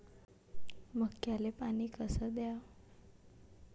मक्याले पानी कस द्याव?